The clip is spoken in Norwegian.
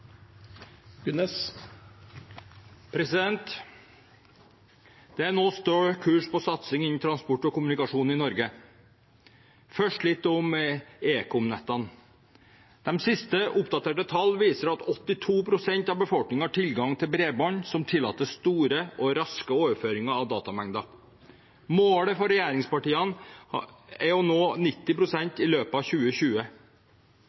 nå stø kurs mot satsing innen transport og kommunikasjon i Norge. Først litt om ekomnettene. De siste oppdaterte tallene viser at 82 pst. av befolkningen har tilgang til bredbånd som tillater store og raske overføringer av datamengder. Målet for regjeringspartiene er å nå 90